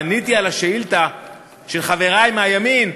ועניתי על השאילתה של חברי מהימין,